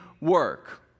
work